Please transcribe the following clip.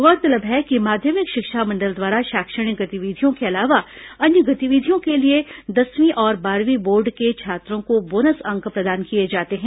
गौरतलब है कि माध्यमिक शिक्षा मंडल द्वारा शैक्षणिक गतिविधियों के अलावा अन्य गतिविधियों के लिए दसवीं और बारहवीं बोर्ड के छात्रों को बोनस अंक प्रदान किए जाते हैं